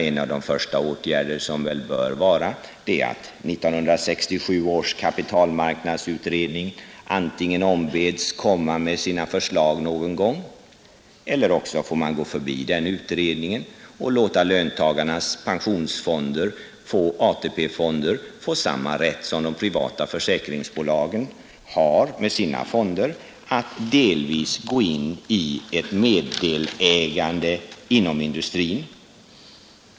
En av de första åtgärder som då bör vidtas är att 1967 års kapitalmarknadsutredning anmodas att äntligen presentera sina förslag, eller också bör vi gå förbi den utredningen och låta löntagarnas ATP-fonder få samma rätt som de privata försäkringsbolagen har att delvis gå in i ett meddelägande inom industrin.